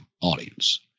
audience